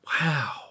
Wow